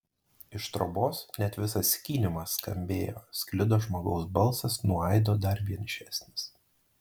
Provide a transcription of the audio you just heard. iš trobos net visas skynimas skambėjo sklido žmogaus balsas nuo aido dar vienišesnis